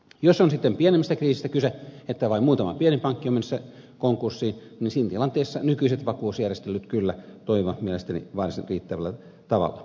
jos on sitten pienemmästä kriisistä kyse että vain muutama pieni pankki on menossa konkurssiin niin siinä tilanteessa nykyiset vakuusjärjestelyt kyllä toimivat mielestäni varsin riittävällä tavalla